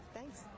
Thanks